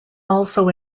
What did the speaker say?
also